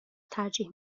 ترجیح